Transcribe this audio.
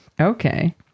Okay